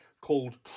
called